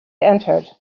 entered